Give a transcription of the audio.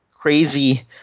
crazy